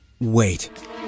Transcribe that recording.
Wait